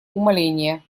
умаления